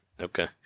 Okay